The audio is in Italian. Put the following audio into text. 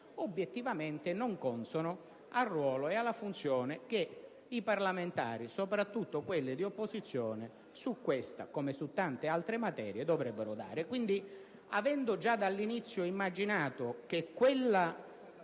obiettivamente non consono al ruolo e alla funzione che i parlamentari, soprattutto dell'opposizione, su questa come su tante altre materie dovrebbero svolgere. Quindi, avendo già dall'inizio immaginato che questo